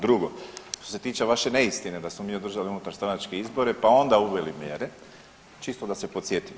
Drugo, što se tiče vaše neistine da smo mi održali unutarstranačke izbore, pa onda uveli mjere, čisto da se podsjetimo.